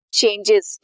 changes